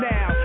Now